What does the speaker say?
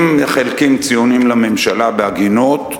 אם מחלקים ציונים לממשלה בהגינות,